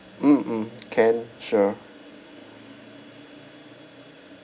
mm mm can sure